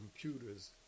computers